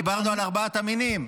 ארבעת הבנים --- לא.